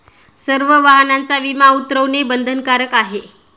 सर्व वाहनांचा विमा उतरवणे बंधनकारक आहे